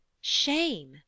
Shame